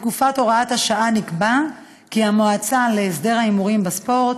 בתקופת הוראת השעה נקבע כי המועצה להסדר ההימורים בספורט